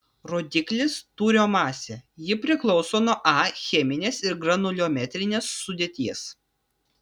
rodiklis tūrio masė ji priklauso nuo a cheminės ir granuliometrinės sudėties